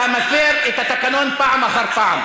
אתה מפר את התקנון פעם אחר פעם.